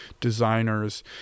designers